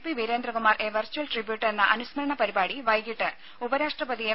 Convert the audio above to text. P Veerendrakumar a virtual tribute എന്ന അനുസ്മരണ പരിപാടി വൈകിട്ട് ഉപരാഷ്ട്രപതി എം